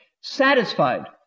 Satisfied